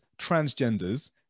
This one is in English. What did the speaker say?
transgenders